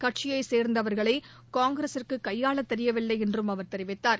கட்சியைச் சேர்ந்தவர்களை காங்கிரஸுக்கு கையாளத் தெரியவில்லை என்று அவர் தெரிவித்தார்